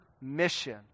mission